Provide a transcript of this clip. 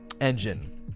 engine